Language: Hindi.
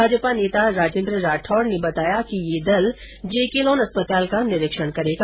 भाजपा नेता राजेन्द्र राठौड ने बताया किये दल जेके लोन अस्पताल का निरीक्षण करेगा